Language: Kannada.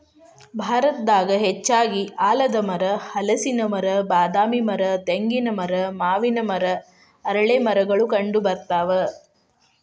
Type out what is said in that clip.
ಭಾರತದಾಗ ಹೆಚ್ಚಾಗಿ ಆಲದಮರ, ಹಲಸಿನ ಮರ, ಬಾದಾಮಿ ಮರ, ತೆಂಗಿನ ಮರ, ಮಾವಿನ ಮರ, ಅರಳೇಮರಗಳು ಕಂಡಬರ್ತಾವ